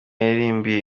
yaririmbye